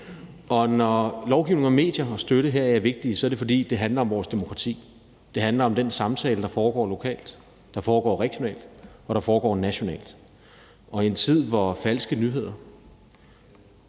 og når lovgivningen om medier og støtte heraf er vigtig, er det, fordi det handler om vores demokrati. Det handler om den samtale, der foregår lokalt, regionalt og nationalt. Og i en tid, hvor falske nyheder,